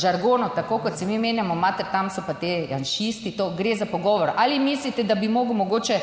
žargonu, tako kot se mi menjamo, imate, tam so pa ti janšisti, to gre za pogovor. Ali mislite, da bi moral mogoče